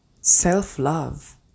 Self-love